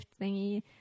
thingy